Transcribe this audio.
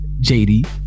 jd